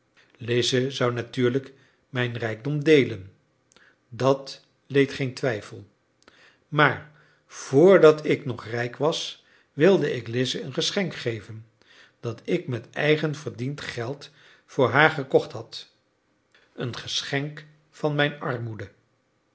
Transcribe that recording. lize zou natuurlijk mijn rijkdom deelen dat leed geen twijfel maar vrdat ik nog rijk was wilde ik lize een geschenk geven dat ik met eigen verdiend geld voor haar gekocht had een geschenk van mijn armoede